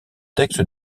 texte